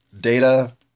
data